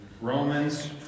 Romans